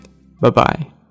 Bye-bye